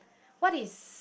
what is